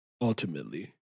ultimately